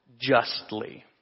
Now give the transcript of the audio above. justly